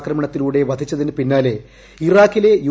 ആക്രമണത്തിലൂടെ വധിച്ചതിനു പിന്നാലെ ഇറാക്കിലെ യു